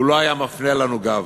הוא לא היה מפנה לנו גב.